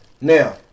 Now